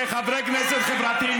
כחברי כנסת חברתיים,